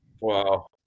Wow